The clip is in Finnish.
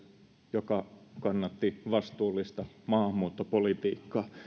joka kannatti vastuullista maahanmuuttopolitiikkaa